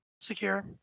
secure